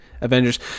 Avengers